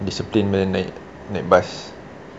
disciplined bila naik naik bas